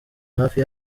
hafi